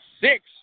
Six